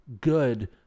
good